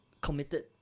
committed